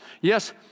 Yes